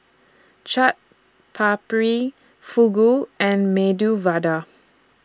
Chaat Papri Fugu and Medu Vada